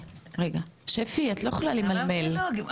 במבחנים שמבצע,